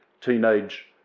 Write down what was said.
teenage